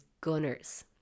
gunners